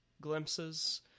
glimpses